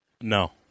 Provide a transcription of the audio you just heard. No